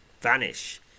vanish